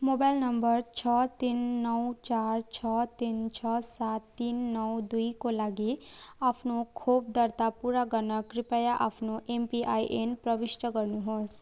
mobile number छ तिन नौ चार छ तिन छ सात तिन नौ दुईको लागि आफ्नो खोप दर्ता पुरा गर्न कृपया आफ्नो एमपिआइएन प्रविष्ठ गर्नुहोस्